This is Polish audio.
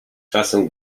czasem